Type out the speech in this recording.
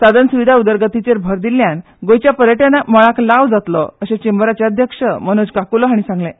साधन सुविधा उदरगतीचेर भर दिल्ल्यान गोंयच्या पर्यटन मळाक लाव जातलो अशें चेंबराचे अध्यक्ष मनोज काकूलो हांणी सांगलें